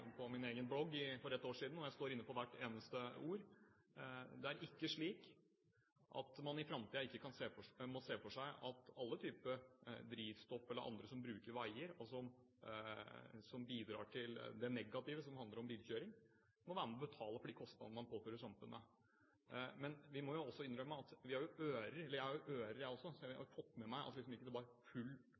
på min egen blogg for et år siden. Jeg står inne for hvert eneste ord. Det er ikke slik at man i framtiden ikke må se for seg at alle typer drivstoff eller alle som bruker veier og bidrar til det negative ved bilkjøring, må være med og betale for de kostnader man påfører samfunnet. Jeg har jo ører, jeg også, og har fått med meg at det ikke var – hva skal en si – full applaus for det